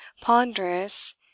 ponderous